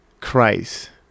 Christ